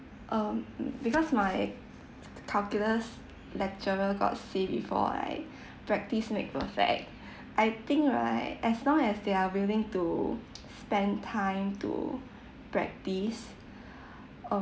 um mm because my calculus lecturer got say before right practice make perfect I think right as long as they are willing to spend time to practice